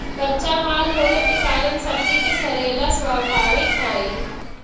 कच्चा माल होवे के कारण सब्जि के सड़ेला स्वाभाविक हइ